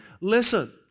Listen